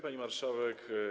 Pani Marszałek!